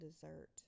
dessert